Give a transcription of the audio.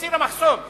הסירה מחסום,